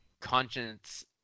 conscience